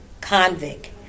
convict